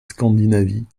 scandinavie